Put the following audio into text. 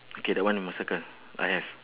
okay that one you must circle I have